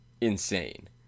insane